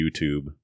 YouTube